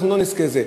אנחנו לא נזכה לזה.